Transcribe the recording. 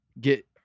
get